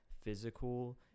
physical